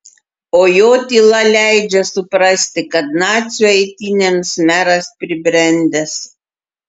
o jo tyla leidžia suprasti kad nacių eitynėms meras pribrendęs